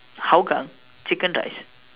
Hougang chicken rice